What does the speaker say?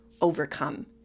overcome